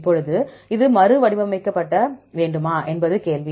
இப்போது இது மறுவடிவமைக்க வேண்டுமா என்பது கேள்வி